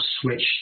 switch